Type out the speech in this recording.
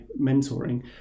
mentoring